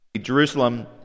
Jerusalem